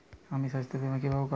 আমি স্বাস্থ্য বিমা কিভাবে করাব?